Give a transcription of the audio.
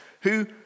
who